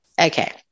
Okay